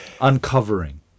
Uncovering